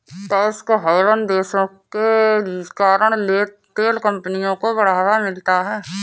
tax haven देशों के कारण तेल कंपनियों को बढ़ावा मिलता है